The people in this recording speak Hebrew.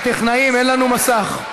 הטכנאים, אין לנו מסך.